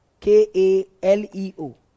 K-A-L-E-O